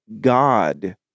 God